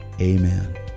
Amen